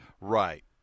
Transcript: Right